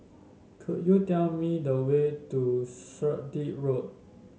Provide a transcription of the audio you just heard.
could you tell me the way to Sturdee Road